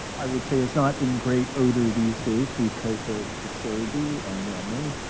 i would say, is not in great odor these days because of khashoggi and yemen,